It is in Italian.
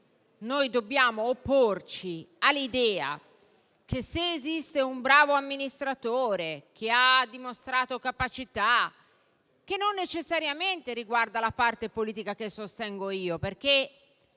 motivo dobbiamo opporci a tale idea, se esiste un bravo amministratore che ha dimostrato capacità, che non necessariamente riguarda la parte politica da me sostenuta.